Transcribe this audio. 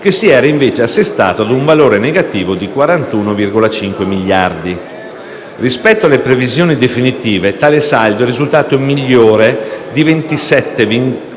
che si era, invece, assestato a un valore negativo di 41,5 miliardi. Rispetto alle previsioni definitive, tale saldo è risultato migliore di 27,8 miliardi,